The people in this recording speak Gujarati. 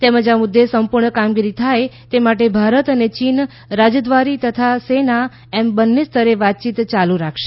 તેમજ આ મુદ્દે સંપૂર્ણ કામગીરી થાય તે માટે ભારત અને ચીન રાજદ્રારી તથા સેના એમ બંન્ને સ્તરે વાતચીત ચાલુ રાખશે